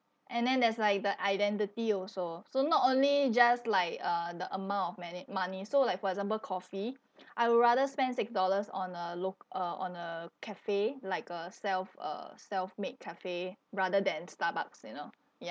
and then there's like the identity also so not only just like uh the amount of mone~ money so like for example coffee I would rather spend six dollars on a lok~ uh on a cafe like a self uh self-made cafe rather than starbucks you know ya